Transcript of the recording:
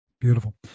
Beautiful